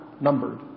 numbered